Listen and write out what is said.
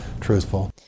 truthful